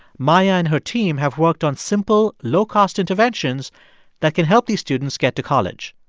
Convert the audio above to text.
maya and her team have worked on simple, low-cost interventions that can help these students get to college.